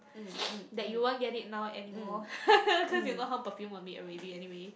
that you won't get it now anymore cause you know how perfume were made already anyway